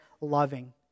loving